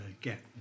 get